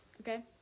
Okay